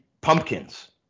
pumpkins